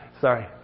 Sorry